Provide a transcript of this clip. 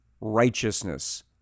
righteousness